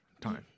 time